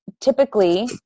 typically